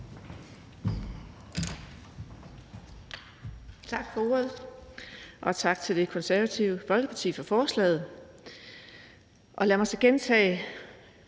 Tak for ordet, og tak til Det Konservative Folkeparti for at